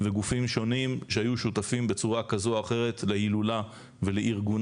וגופים שונים שהיו שותפים בצורה כזו או אחרת להילולה ולארגונה.